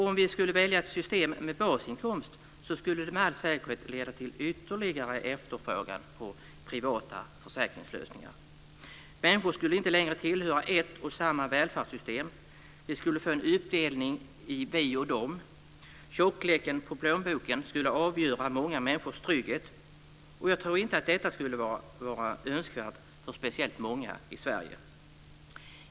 Om vi skulle välja ett system med basinkomst skulle det med all säkerhet leda till ytterligare efterfrågan på privata försäkringslösningar. Människor skulle inte längre tillhöra ett och samma välfärdssystem. Vi skulle få en uppdelning i "vi och dom". Tjockleken på plånboken skulle avgöra många människors trygghet, och jag tror inte att detta skulle vara önskvärt för speciellt många i Sverige.